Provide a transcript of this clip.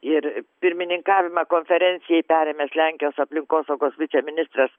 ir pirmininkavimą konferencijai perėmęs lenkijos aplinkosaugos viceministras